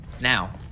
Now